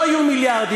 לא יהיו מיליארדים,